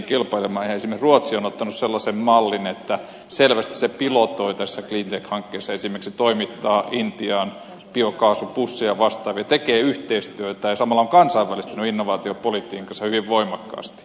esimerkiksi ruotsi on ottanut sellaisen mallin että selvästi se pilotoi tässä cleantech hankkeessa esimerkiksi toimittaa intiaan biokaasupusseja ja vastaavia tekee yhteistyötä ja samalla on kansainvälistynyt innovaatiopoliitikkojen kanssa hyvin voimakkaasti